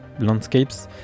landscapes